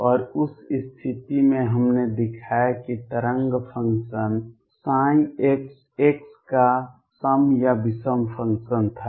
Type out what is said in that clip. और उस स्थिति में हमने दिखाया कि तरंग फंक्शन x x का सम या विषम फंक्शन था